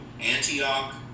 Antioch